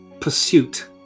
pursuit